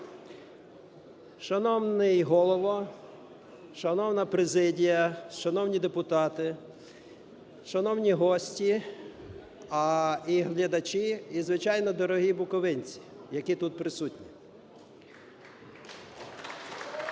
Шановний Голово, шановна президія, шановні депутати, шановні гості і глядачі, і, звичайно, дорогі буковинці, які тут присутні! (Оплески)